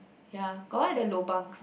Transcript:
ya got what other lobangs